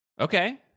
Okay